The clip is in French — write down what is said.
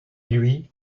lui